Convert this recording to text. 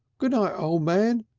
goo'night, o' man,